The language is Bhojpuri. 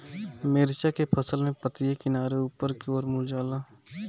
मिरचा के फसल में पतिया किनारे ऊपर के ओर मुड़ जाला?